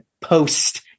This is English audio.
post